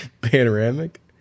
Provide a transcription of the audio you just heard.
Panoramic